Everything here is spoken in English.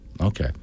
Okay